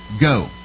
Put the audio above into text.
go